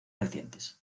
recientes